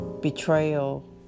Betrayal